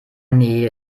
nee